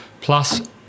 plus